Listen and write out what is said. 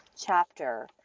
chapter